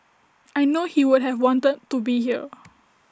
I know he would have wanted to be here